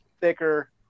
thicker